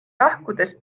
lahkudes